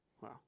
Wow